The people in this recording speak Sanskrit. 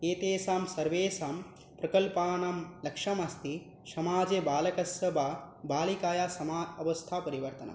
एतेषां सर्वेषां प्रकल्पानां लक्ष्यमस्ति समाजे बालकस्य वा बालिकायाः समा अवस्था परिवर्तनं